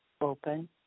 open